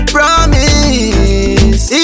Promise